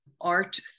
art